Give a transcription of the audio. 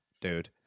Dude